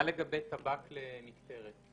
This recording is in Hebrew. מה לגבי טבק למקטרת?